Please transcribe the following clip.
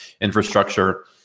infrastructure